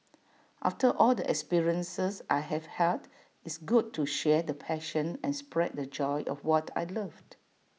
after all the experiences I have had it's good to share the passion and spread the joy of what I love